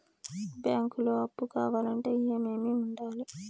బ్యాంకులో అప్పు కావాలంటే ఏమేమి ఉండాలి?